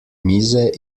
mize